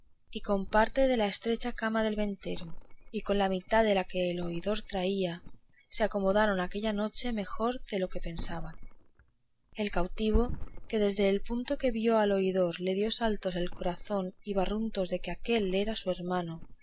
y con parte de la estrecha cama del ventero y con la mitad de la que el oidor traía se acomodaron aquella noche mejor de lo que pensaban el cautivo que desde el punto que vio al oidor le dio saltos el corazón y barruntos de que aquél era su hermano